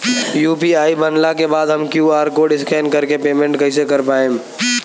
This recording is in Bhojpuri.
यू.पी.आई बनला के बाद हम क्यू.आर कोड स्कैन कर के पेमेंट कइसे कर पाएम?